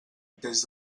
des